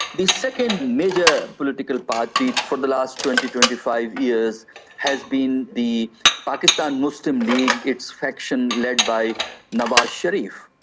the second major political party for the last twenty, twenty five years has been the pakistan muslim league, its faction led by nawaz sharif,